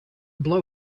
blow